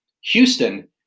Houston